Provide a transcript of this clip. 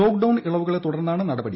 lockdown ഇളവുകളെ ത്യൂടർന്നാണ് നടപടി